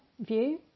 view